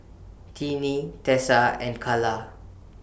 Tinie Tessa and Calla